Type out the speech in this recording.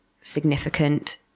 significant